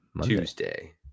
Tuesday